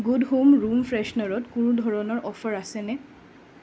good home room ফ্ৰেছনাৰত কোনো ধৰণৰ অফাৰ আছেনে